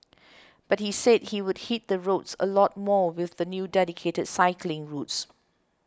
but he said he would hit the roads a lot more with the new dedicated cycling routes